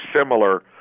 similar